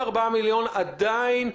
עדיין,